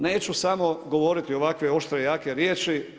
Neću samo govoriti ovakve oštre jake riječi.